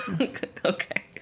okay